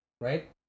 right